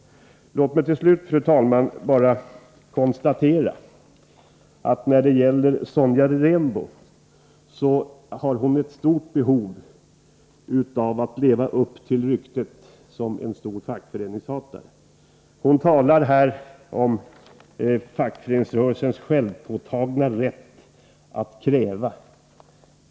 Låg mig till sist, fru talman, bara konstatera att Sonja Rembo har ett stort behov av att leva upp till ryktet som en stor fackföreningshatare. Hon talade här om fackföreningsrörelsens självpåtagna rätt att kräva.